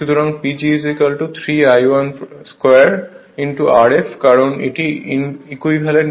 সুতরাং PG 3 I1 2 Rf কারণ এটি ইকুইভ্যালেন্ট হয়